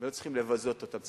ולא צריכים לבזות אותם.